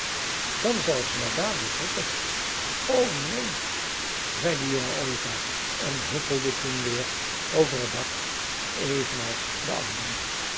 dan zal ik ze maar dadelijk roepen o neen zei de jonge ooievaar en huppelde toen weer over het dak evenals de andere